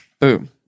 boom